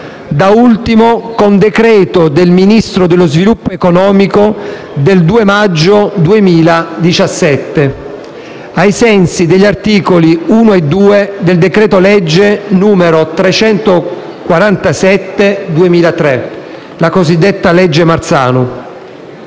da ultimo, con decreto del Ministro dello sviluppo economico del 2 maggio 2017, ai sensi degli articoli 1 e 2 del decreto-legge 23 dicembre 2003, n. 347 (cosiddetta legge Marzano).